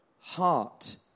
heart